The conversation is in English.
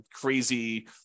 crazy